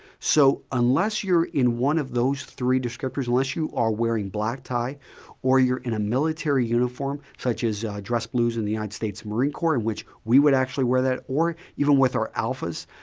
so unless you're in one of those three descriptors, unless you are wearing black tie or you're in a military uniform such as dress blues in the united states marine corps in which we would actually wear that, or even with our alphas,